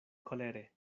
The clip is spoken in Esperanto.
kolere